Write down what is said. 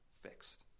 fixed